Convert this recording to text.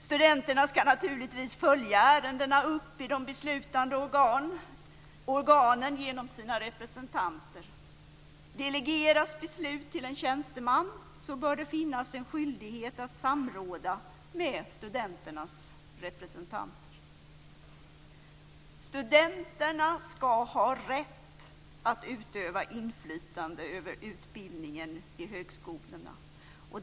Studenterna ska naturligtvis följa ärendena upp i de beslutande organen genom sina representanter. Delegeras beslut till en tjänsteman, bör det finnas en skyldighet att samråda med studenternas representanter. Studenterna ska ha rätt att utöva inflytande över utbildningen vid högskolorna.